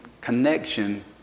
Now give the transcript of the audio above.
connection